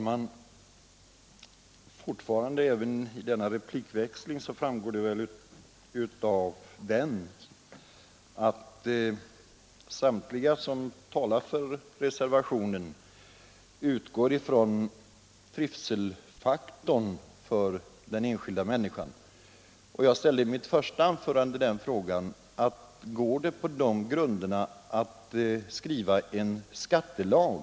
Herr talman! Även av denna replikväxling framgår det att samtliga som talar för reservationen utgår ifrån trivselfaktorn för den enskilda människan. Jag ställde i mitt första anförande frågan om man på de grunderna kan skriva en skattelag.